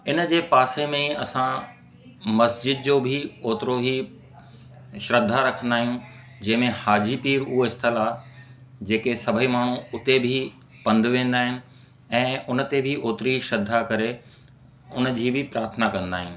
हिनजे पासे में ई असां मस्ज़िद जो बि ओतिरो ई श्रद्धा रखंदा आहियूं जंहिं में हाजीपीर उहा स्थल आहे जेके सभेई माण्हू हुते बि पंधु वेंदा आहिनि ऐं हुन ते बि ओतिरी श्रद्धा करे हुनजी बि प्राथना कंदा आहियूं